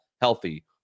healthy